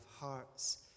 hearts